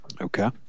okay